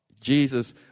Jesus